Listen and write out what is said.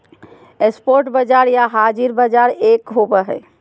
spot बाजार या हाज़िर बाजार एक होबो हइ